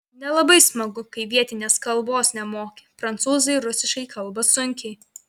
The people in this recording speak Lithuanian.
nelabai smagu kai vietinės kalbos nemoki prancūzai rusiškai kalba sunkiai